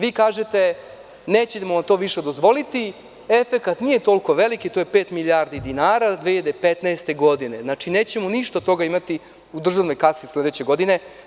Vi kažete, nećemo to više dozvoliti, efekat nije toliko veliki, to je pet milijardi dinara 2015. godine, znači nećemo ništa od toga imati u državnoj kasi sledeće godine.